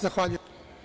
Zahvaljujem.